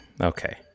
okay